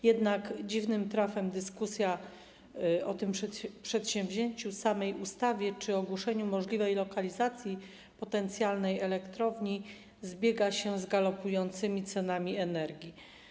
Jednak dziwnym trafem dyskusja o tym przedsięwzięciu, samej ustawie czy ogłoszeniu możliwej lokalizacji potencjalnej elektrowni zbiega się z galopującymi cenami energii.